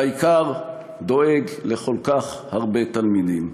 והעיקר, דואג לכל כך הרבה התלמידים.